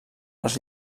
els